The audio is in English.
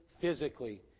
physically